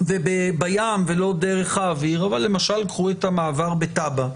ובים ולא דרך האוויר אבל למשל קחו את המעבר בטאבה,